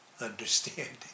understanding